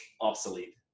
obsolete